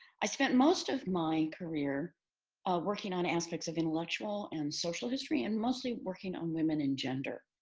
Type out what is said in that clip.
i spent most of my career working on aspects of intellectual and social history and mostly working on women and gender.